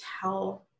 tell